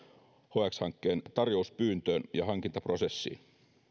hx hankkeen tarjouspyyntöön ja hankintaprosessiin